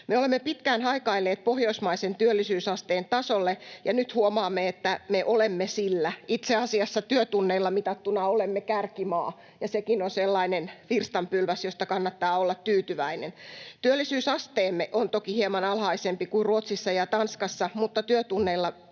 olemme pitkään haikailleet pohjoismaisen työllisyysasteen tasolle, ja nyt huomaamme, että me olemme sillä. Itse asiassa työtunneilla mitattuna olemme kärkimaa, ja sekin on sellainen virstanpylväs, josta kannattaa olla tyytyväinen. Työllisyysasteemme on toki hieman alhaisempi kuin Ruotsissa ja Tanskassa, mutta työtunneilla